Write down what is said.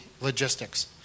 logistics